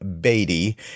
Beatty